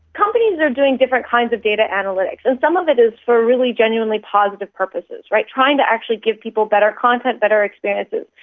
companies are doing different kinds of data analytics, and some of it is for really genuinely positive purposes, trying to actually give people better content, better experiences.